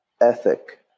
Ethic